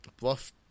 bluff